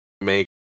make